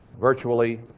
virtually